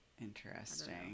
Interesting